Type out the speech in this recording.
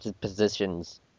positions